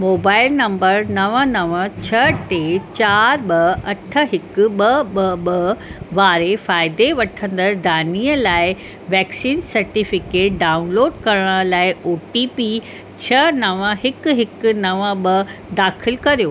mobile number नव नव छह टे चारि ॿ अठ हिकु ॿ ॿ ॿ वारे फ़ाइदे वठंदड़ु दानिअ लाइ वैक्सीन सर्टिफिकेट डाउनलोड करण लाइ ओ टी पी छह नव हिकु हिकु नव ॿ दाख़िल कर्यो